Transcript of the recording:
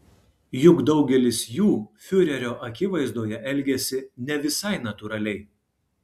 juk daugelis jų fiurerio akivaizdoje elgiasi ne visai natūraliai